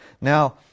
Now